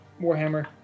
warhammer